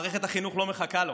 מערכת החינוך לא מחכה לו,